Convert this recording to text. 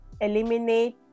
eliminate